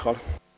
Hvala.